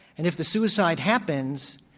and if the suicide happens,